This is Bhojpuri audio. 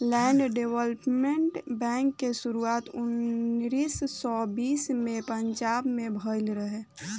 लैंड डेवलपमेंट बैंक के शुरुआत उन्नीस सौ बीस में पंजाब में भईल रहे